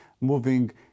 moving